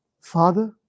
Father